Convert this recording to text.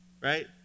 right